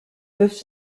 peuvent